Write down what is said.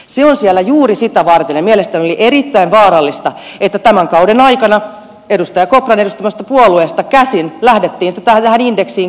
se on siellä juuri sitä varten ja mielestäni oli erittäin vaarallista että tämän kauden aikana edustaja kopran edustamasta puolueesta käsin lähdettiin tähän indeksiin kajoamaan